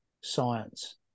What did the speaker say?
science